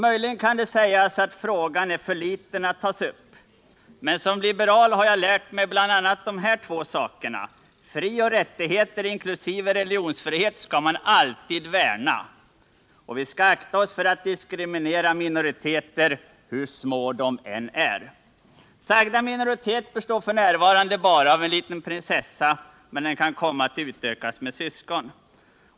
Möjligen kan sägas att frågan är för liten för att tas upp. Men som liberal har jag lärt mig bl.a. dessa två saker: Frioch rättigheter, inkl. religionsfrihet, skall man alltid värna om. Och vi skall akta oss för att diskriminera minoriteter hur små dessa än är. Sagda minoritet består f. n. endast av en liten prinsessa, men den kan komma att utökas med syskon.